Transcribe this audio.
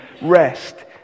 rest